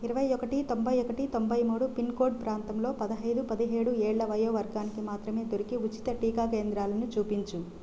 ఇరవై ఒకటి తొంభై ఒకటి తొంభై మూడు పిన్ కోడ్ ప్రాంతంలో పదునయిదు పదిహేడు ఏళ్ళ వయో వర్గానికి మాత్రమే దొరికే ఉచిత టీకా కేంద్రాలను చూపించు